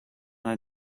hij